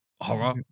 Horror